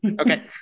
Okay